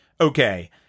Okay